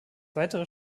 weitere